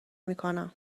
میکنم